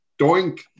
Doink